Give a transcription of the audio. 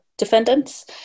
defendants